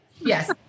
Yes